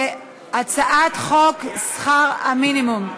הצעת חוק שכר מינימום,